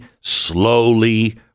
slowly